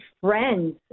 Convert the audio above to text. friends